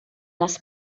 les